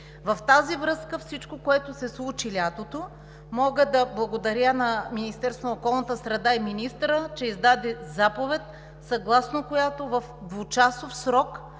В тази връзка всичко, което се случи лятото, мога да благодаря на Министерството на околната среда и водите и на министъра, че издаде заповед, съгласно която в 2-часов срок